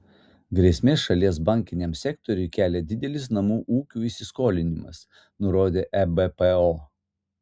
grėsmės šalies bankiniam sektoriui kelia didelis namų ūkių įsiskolinimas nurodė ebpo